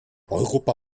europa